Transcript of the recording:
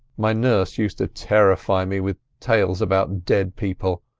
my nurse used to terrify me with tales about dead people.